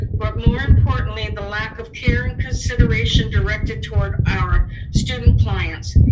but more importantly, the lack of care and consideration directed toward our student clients.